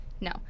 No